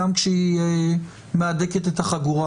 וגם כשהיא מהדקת את החגורה,